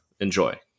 Enjoy